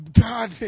God